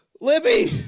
Libby